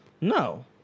No